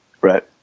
Right